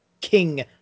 king